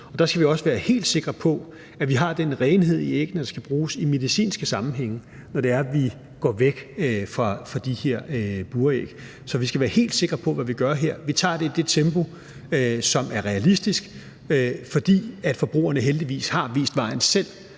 Der skal vi også være helt sikre på, at vi har den renhed i æggene, der skal bruges i medicinske sammenhænge, når det er, vi går væk fra de her buræg. Så vi skal her være helt sikre på, hvad vi gør, og vi tager det i det tempo, som er realistisk, fordi forbrugerne heldigvis selv har vist vejen.